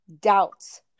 doubts